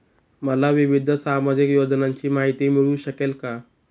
मला विविध सामाजिक योजनांची माहिती मिळू शकेल का?